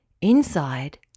Inside